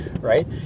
right